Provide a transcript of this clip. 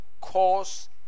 cause